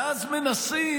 ואז מנסים,